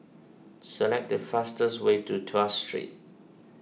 select the fastest way to Tuas Street